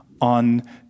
on